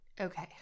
Okay